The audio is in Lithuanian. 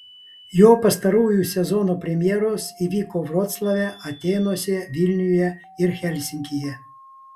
jo pastarųjų sezonų premjeros įvyko vroclave atėnuose vilniuje ir helsinkyje